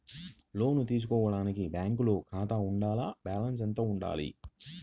లోను తీసుకోవడానికి బ్యాంకులో ఖాతా ఉండాల? బాలన్స్ ఎంత వుండాలి?